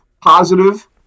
positive